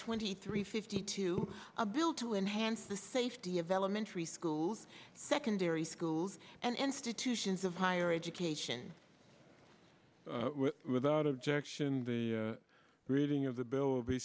twenty three fifty two a bill to enhance the safety of elementary schools secondary schools and institutions of higher education without objection the reading of the bill